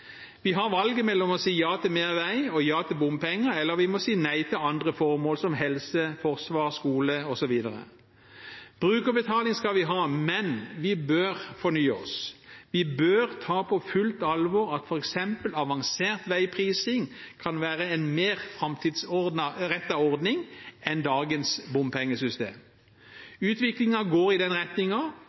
Vi har valget mellom å si ja til mer vei og til bompenger og å si nei til andre formål, som helse, forsvar, skole osv. Brukerbetaling skal vi ha, men vi bør fornye oss. Vi bør ta på fullt alvor at f.eks. avansert veiprising kan være en mer framtidsrettet ordning enn dagens bompengesystem. Utviklingen går i den